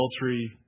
adultery